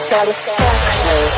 Satisfaction